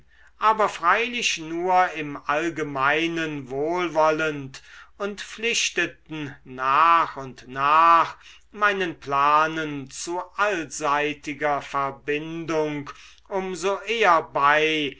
aber freilich nur im allgemeinen wohlwollend und pflichteten nach und nach meinen planen zu allseitiger verbindung um so eher bei